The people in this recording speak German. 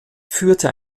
führte